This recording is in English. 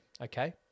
Okay